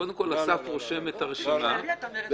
בין הדברים.